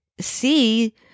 see